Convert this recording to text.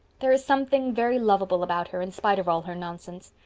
there is something very lovable about her, in spite of all her nonsense.